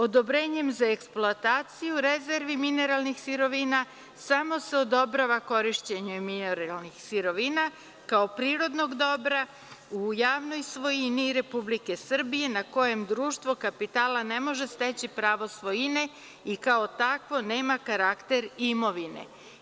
Odobrenjem za eksploataciju rezervi mineralnih sirovina samo se odobrava korišćenje mineralnih sirovina kao prirodnog dobra u javnoj svojini Republike Srbije na kojem društvo kapitala ne može steći pravo svojine i kao takvo nema karakter imovine.